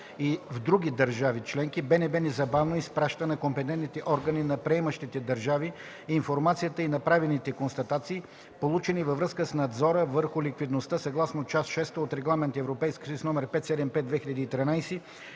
в други държави членки, БНБ незабавно изпраща на компетентните органи на приемащите държави информацията и направените констатации, получени във връзка с надзора върху ликвидността съгласно част шеста от Регламент (ЕС) № 575/2013